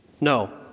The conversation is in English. No